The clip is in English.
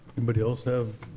anybody else have,